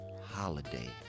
holiday